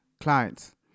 clients